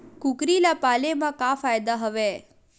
कुकरी ल पाले म का फ़ायदा हवय?